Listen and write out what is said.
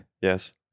Yes